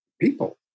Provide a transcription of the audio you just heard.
people